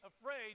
afraid